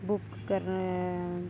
book ਕਰ